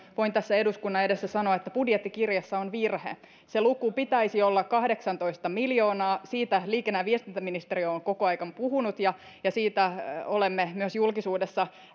voin tässä eduskunnan edessä sanoa että budjettikirjassa on virhe sen luvun pitäisi olla kahdeksantoista miljoonaa siitä liikenne ja viestintäministeriö on koko ajan puhunut ja ja siitä olemme myös julkisuudessa